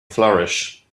flourish